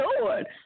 Lord